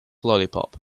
lollipop